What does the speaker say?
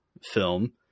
film